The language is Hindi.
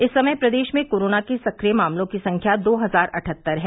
इस समय प्रदेश में कोरोना के सक्रिय मामलों की संख्या दो हजार अठहत्तर है